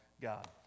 God